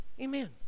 amen